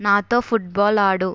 నాతో ఫుట్బాల్ ఆడు